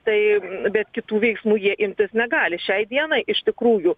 tai bet kitų veiksmų jie imtis negali šiai dienai iš tikrųjų